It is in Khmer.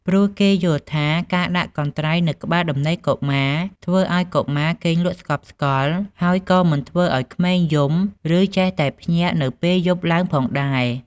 ព្រោះគេយល់ថាការដាក់កន្ត្រៃនៅក្បាលដំណេកកុមារធ្វើឲ្យកុមារគេងលក់ស្កប់ស្កល់ ហើយក៏មិនធ្វើឱ្យក្មេងយំ ឬចេះតែភ្ញាក់នៅពេលយប់ឡើងផងដែរ។